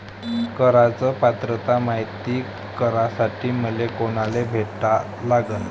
कराच पात्रता मायती करासाठी मले कोनाले भेटा लागन?